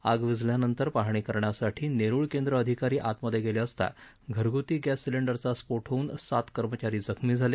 आग विझवल्यानंतर पाहणी करण्यासाठी नेरूळ केंद्र अधिकारी आतमध्ये गेले असताना घरगुती गॅस सिलेंडरचा स्फोट होऊन सात कर्मचारी जखमी झाले